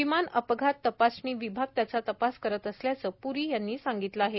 विमान अपघात तपासणी विभाग त्याचा तपास करत असल्याचं प्री यांनी सांगितलं आहे